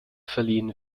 verliehen